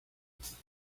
medianos